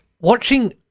watching